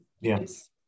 yes